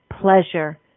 pleasure